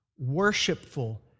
worshipful